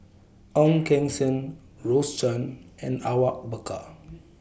Ong Keng Sen Rose Chan and Awang Bakar